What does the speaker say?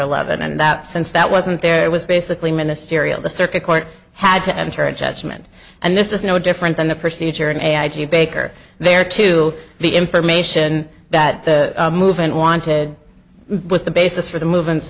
eleven and that since that wasn't there it was basically ministerial the circuit court had to enter a judgment and this is no different than the procedure in a i g baker there to the information that the movement wanted but the basis for the movement